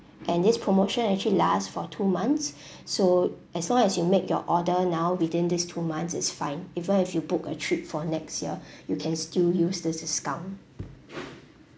and this promotion actually last for two months so as long as you make your order now within these two months is fine even if you book a trip for next year you can still use this discount